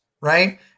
right